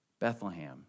Bethlehem